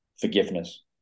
forgiveness